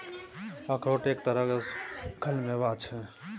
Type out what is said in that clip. अखरोट एक तरहक सूक्खल मेवा छै